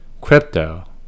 crypto